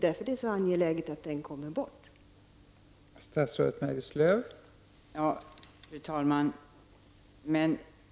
Därför är det så angeläget att få bort den.